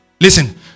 Listen